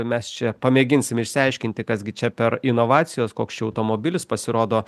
mes čia pamėginsim išsiaiškinti kas gi čia per inovacijos koks čia automobilis pasirodo